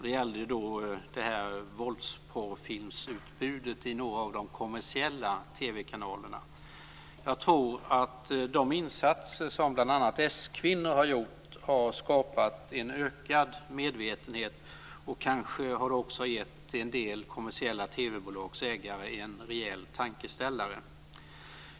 Det gällde då utbudet av våldsporrfilm i några av de kommersiella TV-kanalerna. Jag tror att de insatser som bl.a. s-kvinnor har gjort har skapat en ökad medvetenhet och kanske också gett en del kommersiella TV-bolags ägare en rejäl tankeställare.